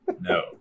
no